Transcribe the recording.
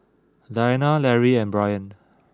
Diana Lary and Brion